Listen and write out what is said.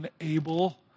unable